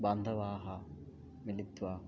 बान्धवाः मिलित्वा